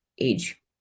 age